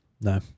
no